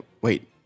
wait